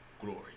glory